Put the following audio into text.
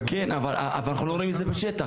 כן, אבל אנחנו לא רואים את זה בשטח.